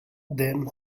then